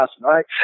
right